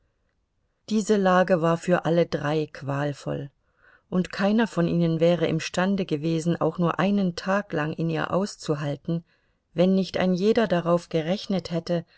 diese lage war für alle drei qualvoll und keiner von ihnen wäre imstande gewesen auch nur einen tag lang in ihr auszuhalten wenn nicht ein jeder darauf gerechnet hätte